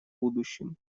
будущем